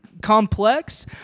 Complex